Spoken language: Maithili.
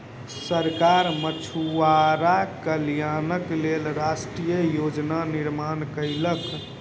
सरकार मछुआरा कल्याणक लेल राष्ट्रीय योजना निर्माण कयलक